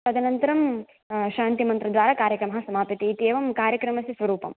तदनन्तरं शान्तिमन्त्रद्वारा कार्यक्रमः समाप्यते इत्येवं कार्यक्रमस्य स्वरूपम्